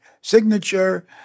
signature